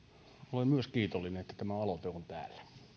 olen myös kiitollinen että tämä aloite on täällä